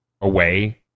away